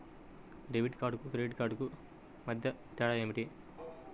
Debit కార్డుకు credit credit కార్డుకు మధ్య తేడా ఏమిటీ?